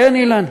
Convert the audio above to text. כן, אילן.